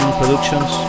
productions